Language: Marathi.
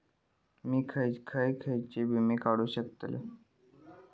मी खयचे खयचे विमे काढू शकतय?